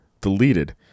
deleted